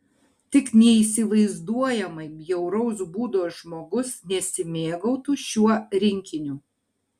tik neįsivaizduojamai bjauraus būdo žmogus nesimėgautų šiuo rinkiniu